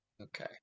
Okay